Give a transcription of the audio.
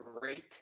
great